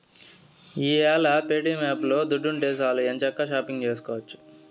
ఈ యేల ప్యేటియం యాపులో దుడ్డుంటే సాలు ఎంచక్కా షాపింగు సేసుకోవచ్చు